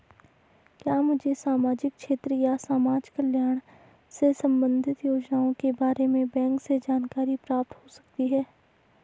क्या मुझे सामाजिक क्षेत्र या समाजकल्याण से संबंधित योजनाओं के बारे में बैंक से जानकारी प्राप्त हो सकती है?